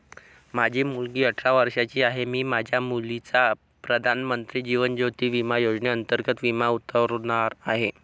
माझी मुलगी अठरा वर्षांची आहे, मी माझ्या मुलीचा प्रधानमंत्री जीवन ज्योती विमा योजनेअंतर्गत विमा उतरवणार आहे